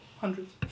Hundreds